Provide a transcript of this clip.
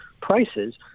prices